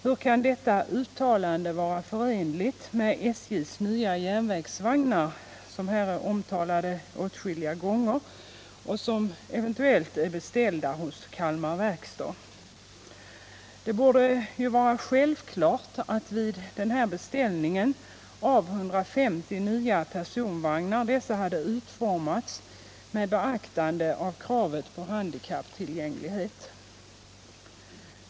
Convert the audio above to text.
Hur kan detta uttalande vara förenligt med SJ:s nya järnvägsvagnar, som här omtalats åtskilliga gånger och som eventuellt är beställda hos Kalmar Verkstad? Det borde varit självklart att vid en beställning av 150 nya personvagnar dessa hade utformats med beaktande av kravet på handikapptillgänglighet.